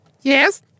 Yes